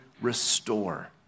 restore